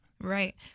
Right